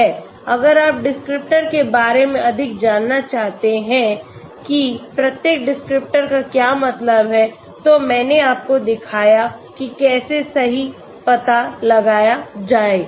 अगर आप डिस्क्रिप्टर के बारे में अधिक जानना चाहते हैं कि प्रत्येक डिस्क्रिप्टर का क्या मतलब है तो मैंने आपको दिखाया कि कैसे सही पता लगाया जाए